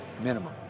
minimum